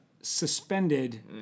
suspended